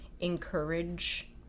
encourage